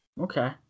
Okay